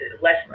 Less